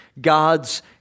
God's